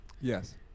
Yes